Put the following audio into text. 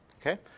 Okay